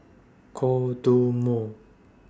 Kodomo